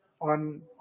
on